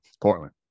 Portland